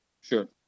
Sure